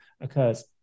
occurs